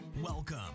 Welcome